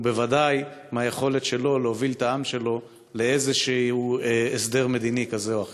ובוודאי מהיכולת שלו להוביל את העם שלו לאיזשהו הסדר מדיני כזה או אחר.